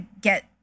get